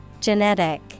Genetic